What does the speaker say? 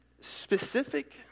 specific